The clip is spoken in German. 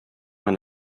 man